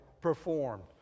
performed